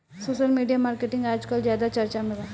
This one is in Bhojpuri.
सोसल मिडिया मार्केटिंग आजकल ज्यादा चर्चा में बा